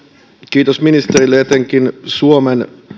kiitos ministerille etenkin suomen